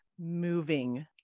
Moving